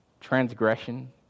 transgression